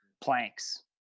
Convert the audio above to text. planks